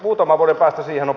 muutaman vuoden päästä siinä